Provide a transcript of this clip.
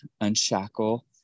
unshackle